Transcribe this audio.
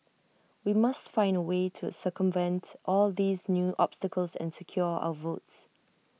we must find A way to circumvent all these new obstacles and secure our votes